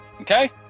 Okay